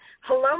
Hello